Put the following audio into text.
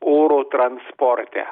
oro transporte